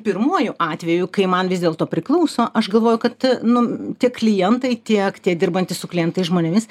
pirmuoju atveju kai man vis dėlto priklauso aš galvoju kad nu tie klientai tiek tie dirbantys su klientais žmonėmis